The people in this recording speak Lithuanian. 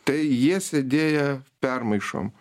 tai jie sėdėję permaišom